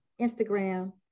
Instagram